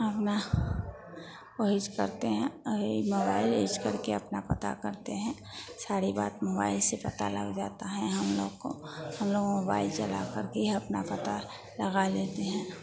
अपना वही स करते हैं औ यह मोबाइल यूज करके अपना पता करते हैं सारी बात मोबाइल से पता लग जाती है हम लोग को हम लोग मोबाइल चलाकर भी अपना पता लगा लेते हैं